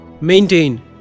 Maintain